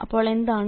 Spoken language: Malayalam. അപ്പോൾ എന്താണ്